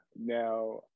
Now